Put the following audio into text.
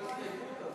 אבל יש לו הסתייגות.